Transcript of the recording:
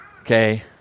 Okay